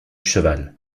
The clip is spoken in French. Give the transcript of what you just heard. cheval